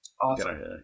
Awesome